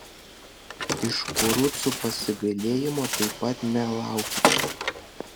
iš kurucų pasigailėjimo taip pat nelaukite